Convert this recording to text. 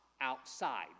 outside